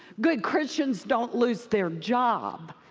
good christians don't lose their job.